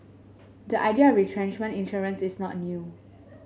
the idea retrenchment insurance is not new